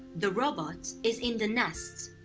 the robot is in the nest,